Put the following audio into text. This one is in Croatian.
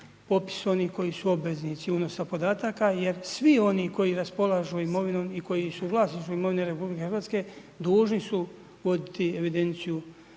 popis onih koji su obveznici unosa podataka jer svi oni koji raspolažu imovinom i koji su u vlasništvu imovine RH dužni su voditi evidenciju